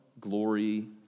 glory